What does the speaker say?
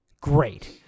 great